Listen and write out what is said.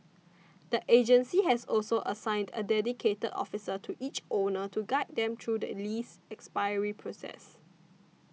the agency has also assigned a dedicated officer to each owner to guide them through the lease expiry process